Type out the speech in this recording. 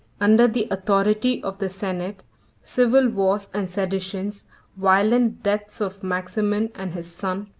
under the authority of the senate civil wars and seditions violent deaths of maximin and his son,